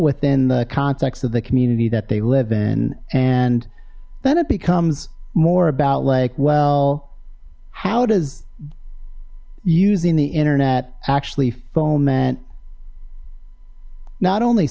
within the context of the community that they live in and then it becomes more about like well how does using the internet actually foment not only